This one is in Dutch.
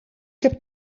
heb